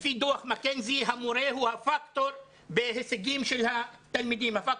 לפי דוח מקינזי המורה הוא הפקטור העיקר בהישגים של התלמידים.